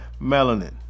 melanin